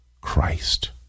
Christ